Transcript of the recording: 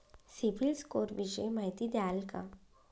CIBIL score विषयी माहिती द्याल का?